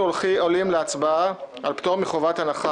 אנחנו מעלים להצבעה על פטור מחובת הנחה